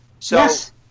Yes